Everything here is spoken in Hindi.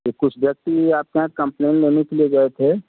कि कुछ व्यक्ति आपके यहाँ कंप्लेन देने के लिए गए थे